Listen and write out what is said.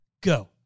go